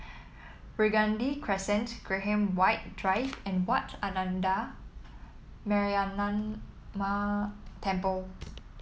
Burgundy Crescent Graham White Drive and Wat Ananda Metyarama Temple